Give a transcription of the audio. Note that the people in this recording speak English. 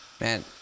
Man